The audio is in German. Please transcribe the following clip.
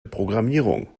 programmierung